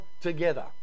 together